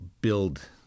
build